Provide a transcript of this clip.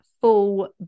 full